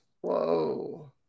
Whoa